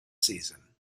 season